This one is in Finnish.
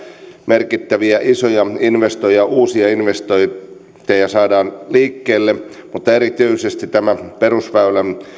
merkittäviä isoja ja uusia investointeja saadaan liikkeelle mutta erityisesti tämä perusväylän